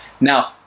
Now